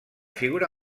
figura